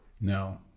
No